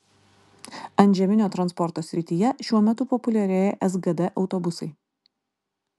antžeminio transporto srityje šiuo metu populiarėja sgd autobusai